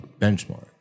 benchmark